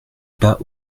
pas